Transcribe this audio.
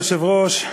אדוני היושב-ראש,